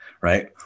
right